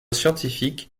scientifique